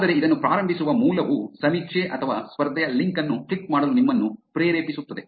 ಆದರೆ ಇದನ್ನು ಪ್ರಾರಂಭಿಸುವ ಮೂಲವು ಸಮೀಕ್ಷೆ ಅಥವಾ ಸ್ಪರ್ಧೆಯ ಲಿಂಕ್ ಅನ್ನು ಕ್ಲಿಕ್ ಮಾಡಲು ನಿಮ್ಮನ್ನು ಪ್ರೇರೇಪಿಸುತ್ತದೆ